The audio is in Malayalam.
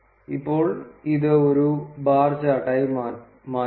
ഇപ്പോൾ ഇത് ഒരു ബാർ ചാർട്ടാക്കി മാറ്റുന്നു